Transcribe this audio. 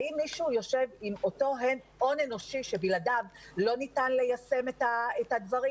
האם מישהו יושב עם אותו הון אנושי שבלעדיו לא ניתן ליישם את הדברים?